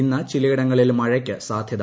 ഇന്ന് ചിലയിടങ്ങളിൽ ീമഴയ്ക്ക് സാദ്ധ്യത